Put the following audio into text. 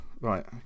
Right